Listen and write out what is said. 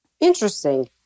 Interesting